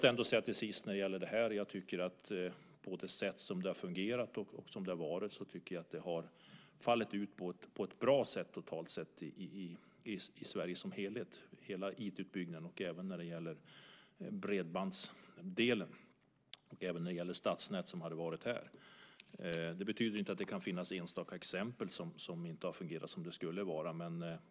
Jag måste säga till sist att jag tycker att så som det har fungerat har det fallit ut på ett bra sätt totalt sett i Sverige som helhet, med hela IT-utbyggnaden, bredbandsdelen och även stadsnäten. Det betyder inte att det inte kan finnas enstaka exempel där det inte har fungerat som det skulle.